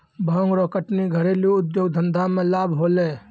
भांग रो कटनी घरेलू उद्यौग धंधा मे लाभ होलै